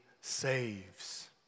saves